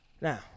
Now